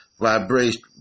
Vibration